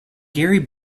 gary